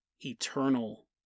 eternal